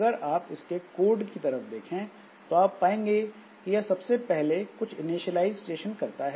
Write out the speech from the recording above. अगर आप इसके कोड की तरफ देखें तो आप पाएंगे कि यह सबसे पहले कुछ इनीशिएलाइजेशन करता है